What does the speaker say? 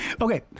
Okay